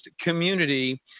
community